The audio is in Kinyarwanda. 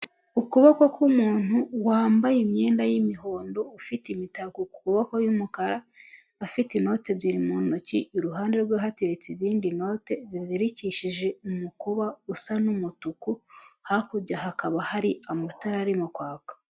Ukuboko kumuntu wambaye imyenda y'imihondo ufite imitako ku maboko yumukara afite inoti ebyiri mu ntoki iruhande rwe hateretse izindi noti zizirikishije umukoba usa n'umutuku hakurya hakaba hari amatara arimo kwaka.